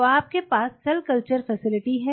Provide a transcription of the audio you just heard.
तो आपके पास सेल कल्चर फैसिलिटी है